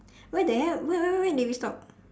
where the hell where where where did we stop